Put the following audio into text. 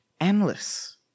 endless